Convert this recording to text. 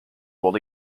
while